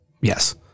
Yes